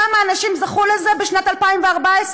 כמה אנשים זכו לזה בשנת 2014?